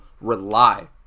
rely